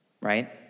right